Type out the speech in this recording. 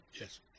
Yes